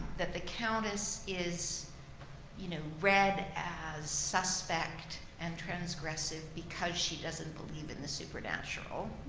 that the countess is you know read as suspect and transgressive because she doesn't believe in the supernatural.